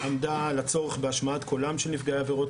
היא עמדה על הצורך בהשמעת קולם של נפגעי עבירות